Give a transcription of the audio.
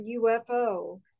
ufo